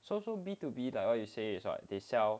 so so B to B like what you say is what they sell